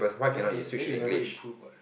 then you then you'll never improve what